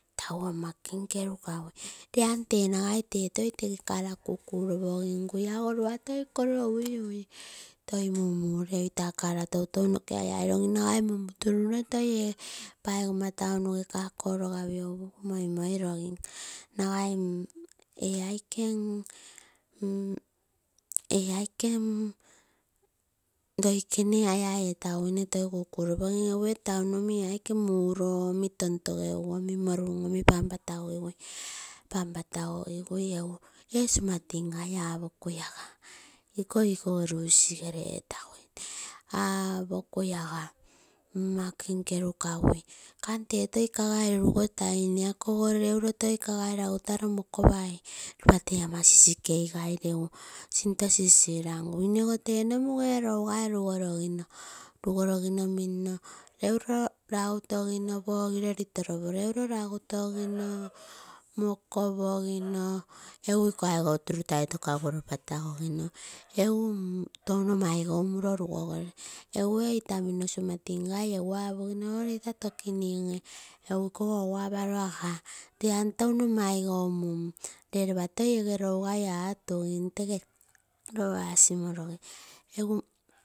Tagu ama kenkerukagaui lee an tee tegee toi car kukuropogim piguu rua toi koroo uiui toi mmumuleu car toitou noke aiai logim nagai mumuturuno toi ee paigoma taunuge cargo upugu moimoi logim nagai ee aike mmm loikene hire etoigoi toi kukulopogim egu ee taun omi ee aike muroo omi tontogegui omi morum omii panpata gogigui. Egu ee sumatim gai apokui aga iko igikoge lusisige etaguine apokui aga ama ken kerukagui, kan tee toi kagai rugotaine akogo reulo toi kagai ragutaro moropai ropa tee ama soikei rai regu sinto sisirangui. Nee goo tee nonuge lougai rugoroginoo. Rugorogino mino leuro ragutogino pogiroo ritoropo, lagutoginoo mokopoginoo egu ikoo aigou tunutai tokaguoro patagogino. Egu touno maigou muroo egu ee etamino sumating egu apogino oritou tokin ee egu ikogo egu aparoo aga lee an touno maigou mum lee ropa toi ege lougai atugin tege lo asimoroge.